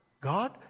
God